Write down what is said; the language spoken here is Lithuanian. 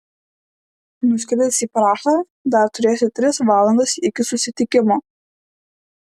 nuskridęs į prahą dar turėsi tris valandas iki susitikimo